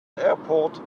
airport